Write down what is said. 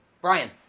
Brian